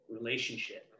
relationship